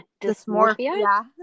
dysmorphia